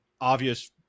obvious